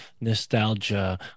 nostalgia